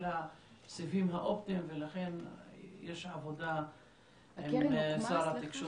הסיבים האופטיים ולכן יש עבודה עם שר התקשורת.